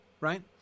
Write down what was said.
right